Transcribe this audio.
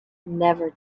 never